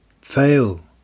fail